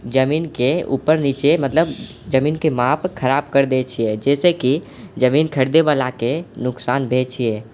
जमीनके उपर नीचे मतलब जमीनके माप खराब कर दै छियै जाहिसँ कि जमीन खरीदैवला के नोकसान भए छियै